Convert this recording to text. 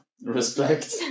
Respect